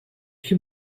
you